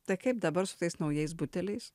tai kaip dabar su tais naujais buteliais